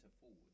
forward